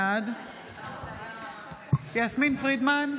בעד יסמין פרידמן,